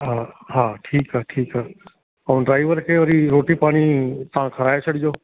हा हा ठीकु आहे ठीकु आहे ऐं ड्राइवर खे वरी रोटी पाणी तव्हां खाराए छॾिजो